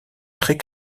très